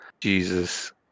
Jesus